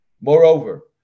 Moreover